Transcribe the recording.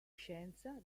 scienza